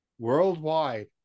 Worldwide